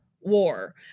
war